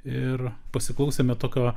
ir pasiklausėme tokio